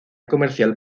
comercial